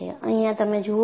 અહીંયા તમે જુઓ છો